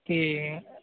ਅਤੇ